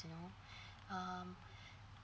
you know um